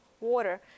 water